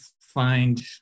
find